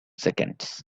seconds